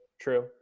true